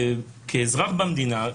כאזרח במדינה,